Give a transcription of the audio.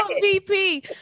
VP